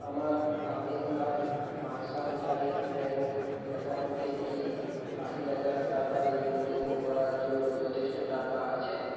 আমার Tamilnad mercantile bank অ্যাকাউন্টে কি আশি হাজার টাকা লেনদেন করার জন্য যথেষ্ট টাকা আছে